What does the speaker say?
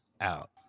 out